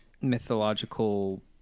mythological